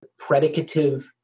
predicative